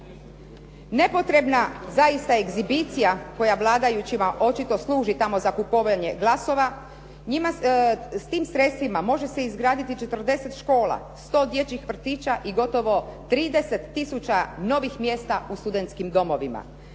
Nepotrebna zaista ekshibicija koja vladajućima očito služi tamo za kupovanje glasova, s tim sredstvima može se izgraditi 40 škola, 100 dječjih vrtića i gotovo 30 tisuća novih mjesta u studentskim domovima.